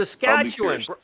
Saskatchewan